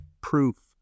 proof